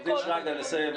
עורך דין שרגא, לסיים בבקשה.